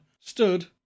stood